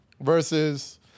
Versus